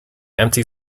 empty